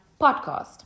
podcast